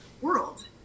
world